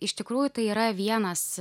iš tikrųjų tai yra vienas